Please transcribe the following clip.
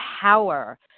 power